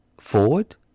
forward